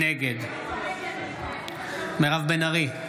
נגד מירב בן ארי,